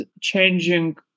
changing